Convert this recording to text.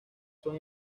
son